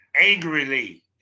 angrily